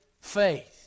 faith